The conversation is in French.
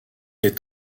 est